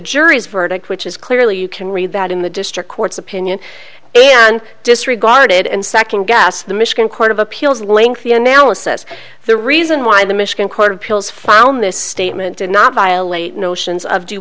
jury's verdict which is clearly you can read that in the district court's opinion and disregarded and second guess the michigan court of appeals lengthy analysis the reason why the michigan court of appeals found this statement did not violate notions of due